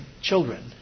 children